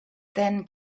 then